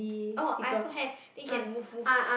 oh I also have then you can move move